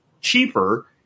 cheaper